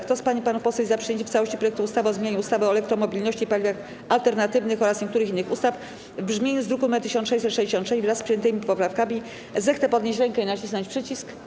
Kto z pań i panów posłów jest za przyjęciem w całości projektu ustawy o zmianie ustawy o elektromobilności i paliwach alternatywnych oraz niektórych innych ustaw w brzmieniu z druku nr 1666, wraz z przyjętymi poprawkami, zechce podnieść rękę i nacisnąć przycisk.